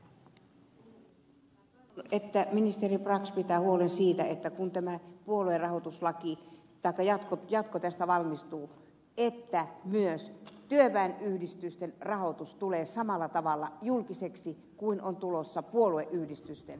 minä toivon että ministeri brax pitää huolen siitä että kun tämä puoluerahoituslaki taikka jatko tähän valmistuu myös työväenyhdistysten rahoitus tulee samalla tavalla julkiseksi kuin on tulossa puolueyhdistysten rahoitus